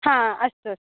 हा अस्तु